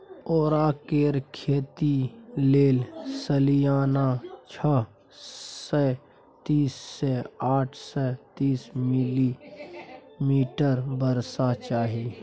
औरा केर खेती लेल सलियाना छअ सय तीस सँ आठ सय तीस मिलीमीटर बरखा चाही